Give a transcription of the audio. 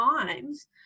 times